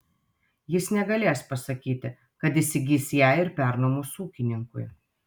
jis negalės pasakyti kad įsigys ją ir pernuomos ūkininkui